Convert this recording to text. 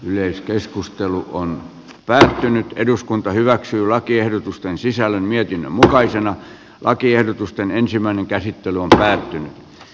yleiskeskustelu on päättynyt eduskunta hyväksyy lakiehdotusten riittävän kattavaa edes eu ja eta maiden välillä